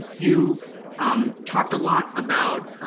you um talked a lot about